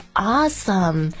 awesome